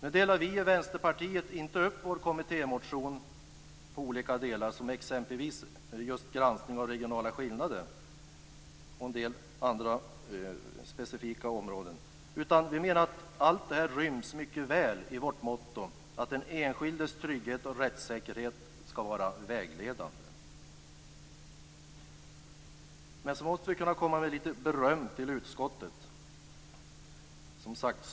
Nu delade vi i Vänsterpartiet inte upp vår kommittémotion i olika delar, som exempelvis granskning av regionala skillnader och en del andra specifika områden, utan vi menar att allt detta mycket väl ryms i vårt motto att den enskildes trygghet och rättssäkerhet skall vara vägledande. Vi måste också ge lite beröm till utskottet.